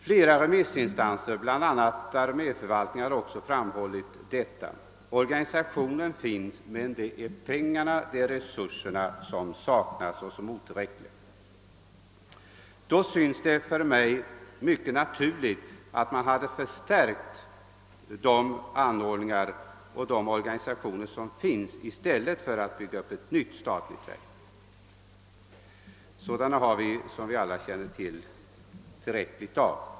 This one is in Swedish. Flera remissinstanser, bl.a. arméförvaltningen, har även framhållit detta: organisationen finns redan, men det är de ekonomiska resurserna som saknas eller är otillräckliga. Då synes det mycket naturligt att man hade förstärkt de anordningar och de organisationer som existerar i stället för att bygga upp ett helt nytt statligt verk. Sådana lider vi, som vi alla känner till, ingen brist på.